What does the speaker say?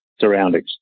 surroundings